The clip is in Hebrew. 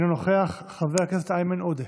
אינו נוכח, חבר הכנסת איימן עודה,